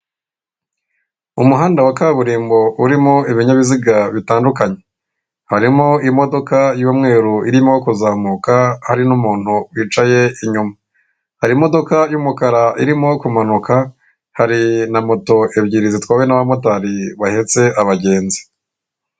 Umuhanda wa kaburimbo urimo ibinyabiziga bitandukanye harimo imodoka y'umweru irimo kuzamuka hari n'umuntu wicaye inyuma, hari imodoka y'umukara irimo kumanuka hari na moto ebyiri zitwawe n'abamotari bahetse abagenzi.